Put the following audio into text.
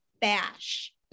bash